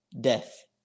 death